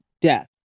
death